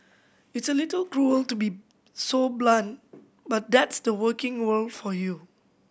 it's a little cruel to be so blunt but that's the working world for you